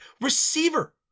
receiver